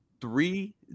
three